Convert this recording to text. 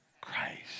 Christ